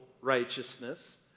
righteousness